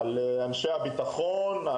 אנשי הביטחון,